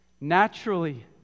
naturally